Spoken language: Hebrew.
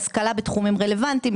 השכלה בתחומים רלוונטיים,